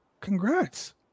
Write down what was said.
Congrats